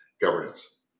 Governance